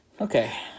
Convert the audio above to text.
Okay